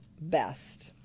best